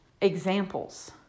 examples